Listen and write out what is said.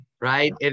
Right